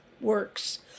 works